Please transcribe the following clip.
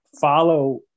follow